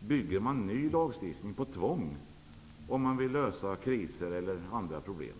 där man bygger ny lagstiftning på tvång när man vill lösa kriser eller andra problem?